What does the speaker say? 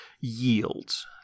yields